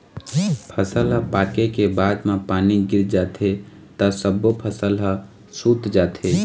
फसल ह पाके के बाद म पानी गिर जाथे त सब्बो फसल ह सूत जाथे